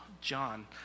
John